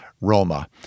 Roma